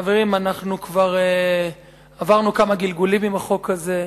חברים, כבר עברנו כמה גלגולים עם החוק הזה.